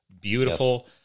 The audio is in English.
beautiful